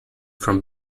from